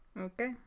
Okay